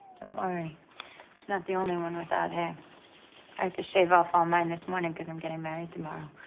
don't worry. she's not the only one without hair. i had to shave off all mine this morning cause i'm getting married tomorrow.